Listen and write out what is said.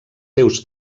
seus